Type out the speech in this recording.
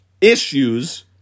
issues